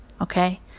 Okay